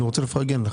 אני רוצה לפרגן לך.